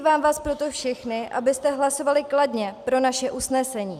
Vyzývám vás proto všechny, abyste hlasovali kladně pro naše usnesení.